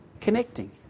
connecting